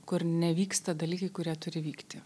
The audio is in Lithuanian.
kur nevyksta dalykai kurie turi vykti